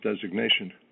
designation